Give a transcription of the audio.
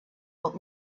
old